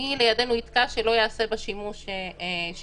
מי לידנו יתקע שלא ייעשה בה שימוש שכזה,